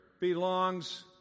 belongs